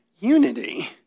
unity